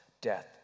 death